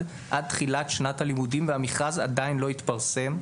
עד תחילת שנת הלימודים והמכרז עדיין לא התפרסם.